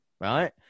Right